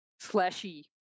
Slashy